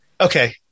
Okay